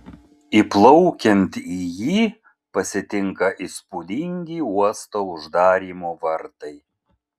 įplaukiant į jį pasitinka įspūdingi uosto uždarymo vartai